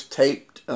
taped